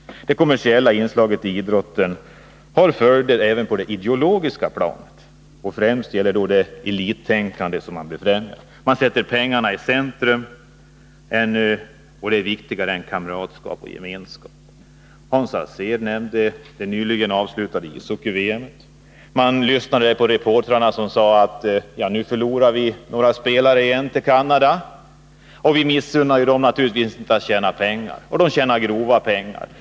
Det kommersiella inslaget i idrotten har följder även på det ideologiska planet. Det gäller främst det elittänkande som främjas. Man sätter pengarna i centrum som viktigare än kamratskap och gemenskap. Hans Alsén nämnde det nyligen avslutade ishockey-VM. Man lyssnade då på reportrar som sade: Ja, nu förlorar vi några spelare igen till Canada. — Vi missunnar naturligtvis inte dem att tjäna pengar. Och de tjänar grova pengar.